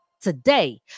today